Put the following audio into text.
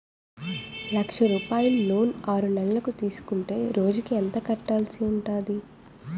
లక్ష రూపాయలు లోన్ ఆరునెలల కు తీసుకుంటే రోజుకి ఎంత కట్టాల్సి ఉంటాది?